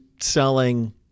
selling